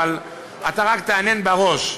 אבל אתה רק תהנהן בראש,